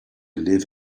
live